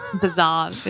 Bizarre